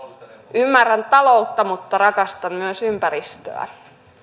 ymmärrän taloutta mutta rakastan myös ympäristöä